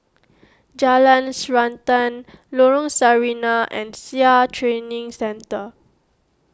Jalan Srantan Lorong Sarina and Sia Training Centre